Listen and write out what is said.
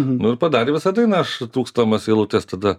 nu ir padarė visą dainą aš trūkstamas eilutes tada